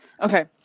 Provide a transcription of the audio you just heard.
Okay